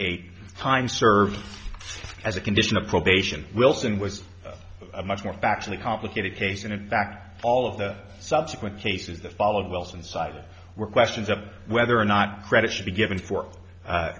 eight time served as a condition of probation wilson was a much more factually complicated case and in fact all of the subsequent cases that followed wilson cited were questions of whether or not credit should be given for